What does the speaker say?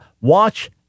watch